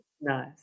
Nice